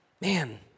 man